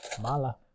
Mala